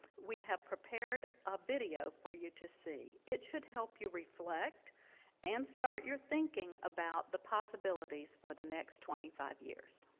we have prepared a video for you to see. it should help you reflect and start your thinking about the possibilities for the next twenty five years.